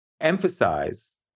emphasize